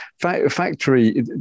factory